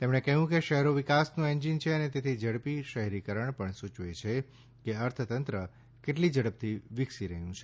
તેમણે કહ્યું કે શહેરો વિકાસનું એંજીન છે અને તેથી ઝડપી શહેરીકરણ પણ સૂયવે છે કે અર્થતંત્ર કેટલી ઝડપથી વિકસી રહ્યું છે